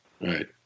Right